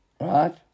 Right